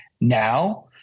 now